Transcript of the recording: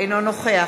אינו נוכח